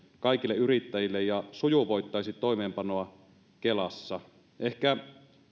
kaikille yrittäjille ja sujuvoittaisi toimeenpanoa kelassa ehkä